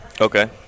Okay